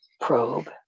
probe